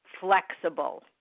flexible